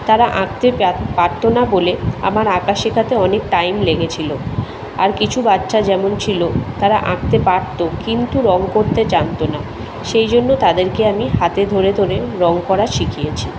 তারা আঁকতে প্যাত পারতো না বলে আমার আঁকা শেখাতে অনেক টাইম লেগেছিলো আর কিছু বাচ্চা যেমন ছিলো তারা আঁকতে পারতো কিন্তু রঙ করতে জানতো না সেই জন্য তাদেরকে আমি হাতে ধরে ধরে রঙ করা শিখিয়েছি